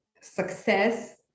success